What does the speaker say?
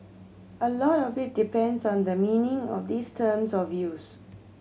a lot of it depends on the meaning of these terms of use